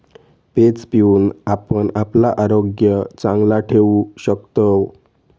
page पिऊन आपण आपला आरोग्य चांगला ठेवू शकतव